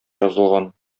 язылган